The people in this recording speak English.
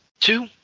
two